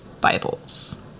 Bibles